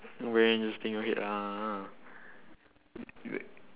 very interesting your head ah !huh!